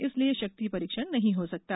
इसलिए शक्ति परीक्षण नहीं हो सकता है